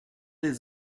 des